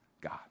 God